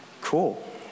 cool